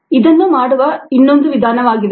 ಇದು ಇದನ್ನು ಮಾಡುವ ಇನ್ನೊಂದು ವಿಧಾನವಾಗಿದೆ